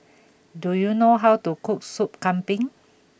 do you know how to cook Soup Kambing